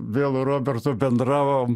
vėl su robertu bendravom